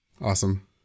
Awesome